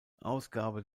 ausgabe